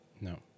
No